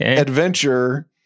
Adventure